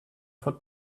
for